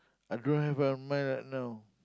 I don't have a mind right now